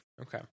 Okay